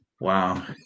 Wow